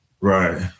Right